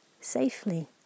safely